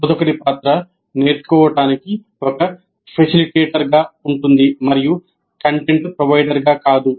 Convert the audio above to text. బోధకుడి పాత్ర నేర్చుకోవటానికి ఒక ఫెసిలిటేటర్గా ఉంటుంది మరియు కంటెంట్ ప్రొవైడర్గా కాదు